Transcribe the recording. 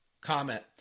comment